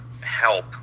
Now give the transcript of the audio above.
help